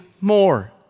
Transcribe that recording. more